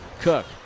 Cook